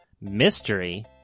mystery